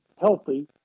healthy